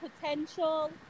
potential